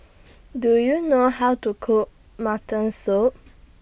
Do YOU know How to Cook Mutton Soup